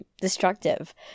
destructive